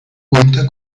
cuenta